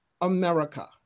America